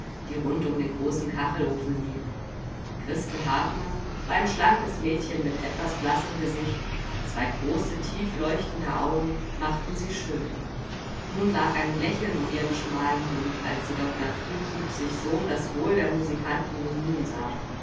die rund um den großen kachelofen lief christel hartmann war ein schlankes mädchen mit etwas blassem gesicht zwei große tiefleuchtende augen machten sie schön nun lag ein lächeln um ihren schmalen mund als sie dr friedlieb sich so um das wohl der musikanten bemühen sah